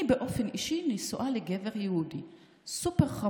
אני באופן אישי נשואה לגבר יהודי סופר-חמוד,